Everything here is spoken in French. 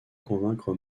convaincre